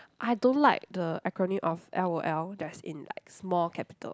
I don't like the acronym of L_O_L that's in like small capital